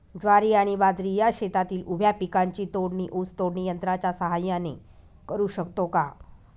ज्वारी आणि बाजरी या शेतातील उभ्या पिकांची तोडणी ऊस तोडणी यंत्राच्या सहाय्याने करु शकतो का?